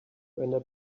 brenda